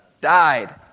died